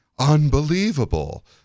unbelievable